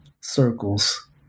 circles